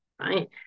right